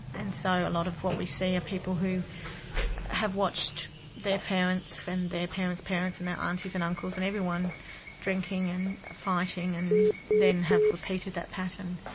and so a lot of what we see are people who have watched their parents and their parents' parents and their ah aunties and uncles and everyone drinking and fighting and then have repeated that pattern.